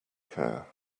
care